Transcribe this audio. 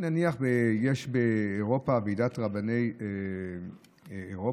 נניח שיש באירופה ועידת רבני אירופה,